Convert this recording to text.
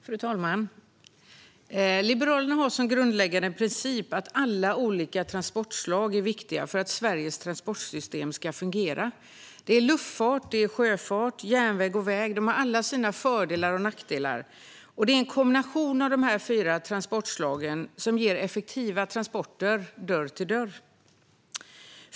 Fru talman! Liberalerna har som grundläggande princip att alla transportslag är viktiga för att Sveriges transportsystem ska fungera. Luftfart, sjöfart, järnväg och väg har allihop sina fördelar och nackdelar, och det är en kombination av dessa fyra transportslag som ger effektiva transporter från dörr till dörr.